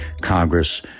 Congress